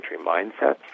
mindsets